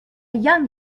young